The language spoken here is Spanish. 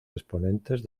exponentes